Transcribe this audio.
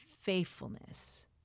faithfulness